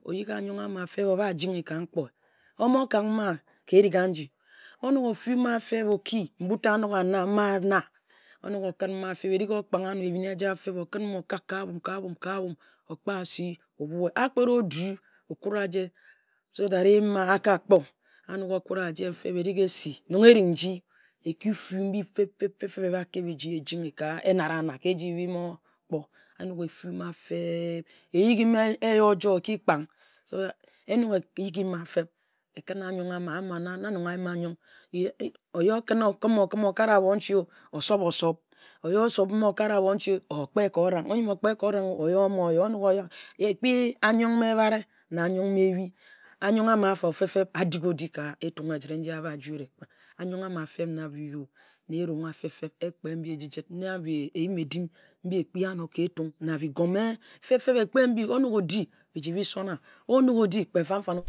Oyigi ayong a-ma feb o-ba ejin-ing, o-mo kak ma ka erig anji. Onok o-fu ma feb oki, mbuta a-nok a-na ma a-na. Onok okǝn ma feb, erig okpang ehbin eja feb, okǝn ma okak ka-abum-ka-a-bum, o-kpai asi okak. A kpet o-due, o-kue a-ie so that, eh-yim ma-a ka kpor. Onok o-kut a-jie feb, erig esi, nong erig nji, e ki fue-mbi feb-feb-feb, ekeb eji ejin ghi ka ehna-ra-na ka eji be mo kpor. Enok efue ma feb-be, eyigi ma ekpang ha enok eyigi ma feb, ekǝn ayong a-ma na nong ayima ayong. Oyi okim-okim okare abon-che-o. O-sop-o-sop oyi osop ma okare abonche. Okpe ka orang, oka kpe ka orang-o, oyor-ma oyor ekpi ayong ma ebare a kpi ma ebhi. Ayong a-ma-fo feb-feb a-dik o-di. Ka Etung ejit-re nji a-ba ji wut ayong-a-ma-feb-feb nabiyu na berongha a-dik-o di. Na eyim edim mbi ekpi anor ka Etung feb-feb o-ko, e na-bigume. Onok o-di biji bi sonna